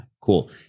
cool